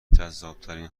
جذابترین